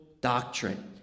doctrine